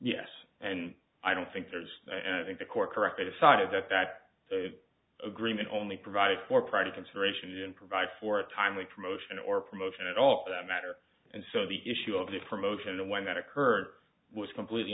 yes and i don't think there's the court correct that aside that that agreement only provides for private consideration and provide for a timely promotion or promotion at all that matter and so the issue of the promotion and when that occurred was completely